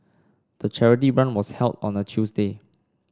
the charity run was held on a Tuesday